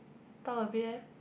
talk a bit eh